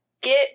get